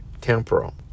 temporal